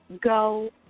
go